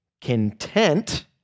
content